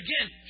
Again